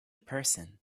person